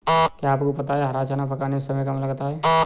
क्या आपको पता है हरा चना पकाने में समय कम लगता है?